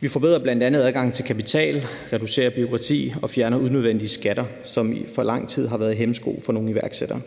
Vi forbedrer bl.a. adgangen til kapital, reducerer bureaukrati og fjerner unødvendige skatter, som i for lang tid har været en hæmsko for nogle iværksættere.